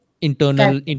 internal